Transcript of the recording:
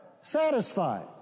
satisfied